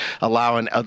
allowing